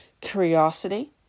curiosity